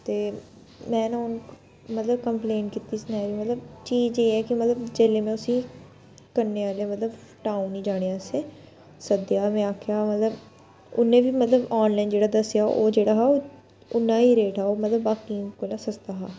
ते में नां हून मतलब कम्पलेन कीती सनाया मतलब चीज एह् ऐ के मतलब जेल्लै में उसी कन्नै आह्ली मतलब टाउन गी जाने आस्तै सद्धेआ में आखेआ मतलब उन्नै बी मतलब आनलाइन जेह्ड़ा दस्सेआ हा ओह् जेह्ड़ा हा ओह् उ'न्ना ही रेट हा ओह् मतलब बाकियें कोला सस्ता हा